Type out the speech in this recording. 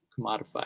commodified